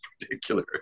particular